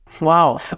Wow